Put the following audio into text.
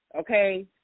okay